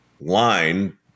line